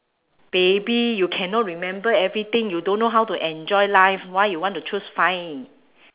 baby you cannot remember everything you don't know how to enjoy life why you want to choose five